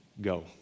go